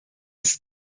ist